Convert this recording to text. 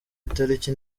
itariki